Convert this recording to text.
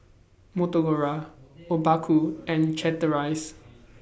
Motorola Obaku and Chateraise